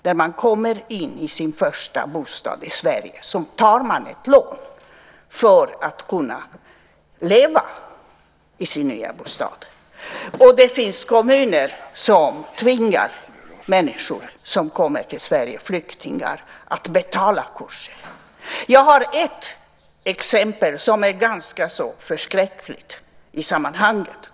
När man kommer till sin första bostad i Sverige tar man ett lån för att kunna leva i sin nya bostad. Och det finns kommuner som tvingar människor som kommer till Sverige, flyktingar, att betala kurserna. Jag har ett exempel som är ganska förskräckligt i sammanhanget.